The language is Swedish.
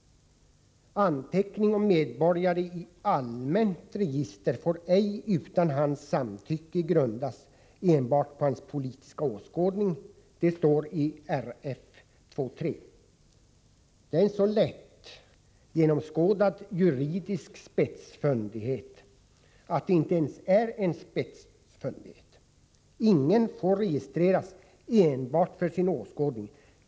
”Anteckning om medborgare i allmänt register får ej utan hans samtycke grundas enbart på hans politiska åskådning”, står det i RF 2:3. Det är en så lätt genomskådad juridisk spetsfundighet att den inte ens är en spetsfundighet. Ingen får registreras enbart för sin åskådning.